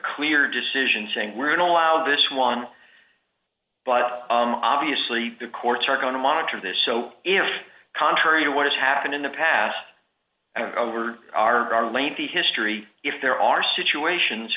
clear decision saying we're going allow this one but obviously the courts are going to monitor this so if contrary to what has happened in the past over our lengthy history if there are situations